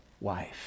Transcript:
wife